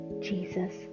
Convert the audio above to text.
Jesus